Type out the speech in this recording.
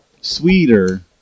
sweeter